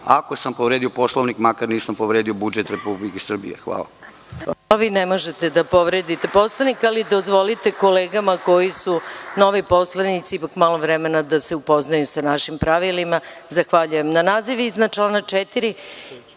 ako sam povredio Poslovnik, makar nisam povredio budžet Republike Srbije. Hvala. **Maja Gojković** Vi ne možete da povredite Poslovnik, ali dozvolite kolegama koji su novi poslanici ipak malo vremena da se upoznaju sa našim pravilima. Zahvaljujem. Na član 4. i član 39.